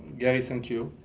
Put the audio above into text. gary, thank you.